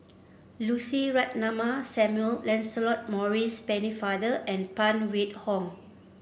Lucy Ratnammah Samuel Lancelot Maurice Pennefather and Phan Wait Hong